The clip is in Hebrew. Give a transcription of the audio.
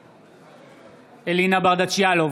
בעד אלינה ברדץ' יאלוב,